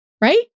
right